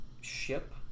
ship